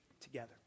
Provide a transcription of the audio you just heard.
together